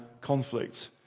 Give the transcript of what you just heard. conflict